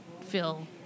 feel